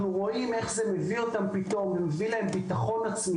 אנחנו רואים איך זה פתאום מביא להם ביטחון עצמי